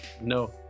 no